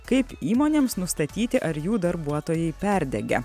kaip įmonėms nustatyti ar jų darbuotojai perdegę